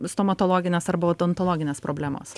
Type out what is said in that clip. stomatologinės arba odontologinės problemos